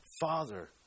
Father